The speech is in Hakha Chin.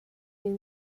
min